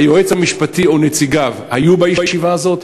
היועץ המשפטי או נציגיו היו בישיבה הזאת?